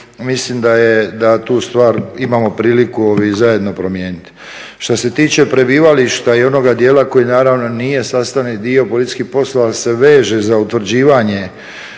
mislim da tu stvar imamo priliku zajedno promijeniti. Što se tiče prebivališta i onoga dijela koji naravno nije sastavni dio policijskih poslova ali se veže za utvrđivanje